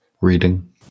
reading